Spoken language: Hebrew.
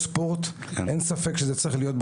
בשם הספורטאים,